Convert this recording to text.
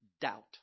doubt